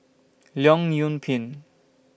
Leong Yoon Pin